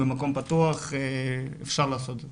במקום פתוח אפשר לעשות את זה.